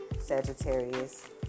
Sagittarius